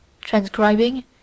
transcribing